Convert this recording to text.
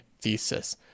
thesis